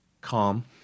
calm